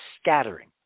scattering